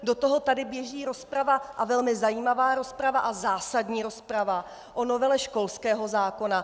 Do toho tady běží rozprava, a velmi zajímavá rozprava a zásadní rozprava, o novele školského zákona.